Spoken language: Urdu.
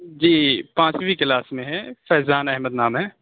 جی پانچویں کلاس میں ہے فیضان احمد نام ہے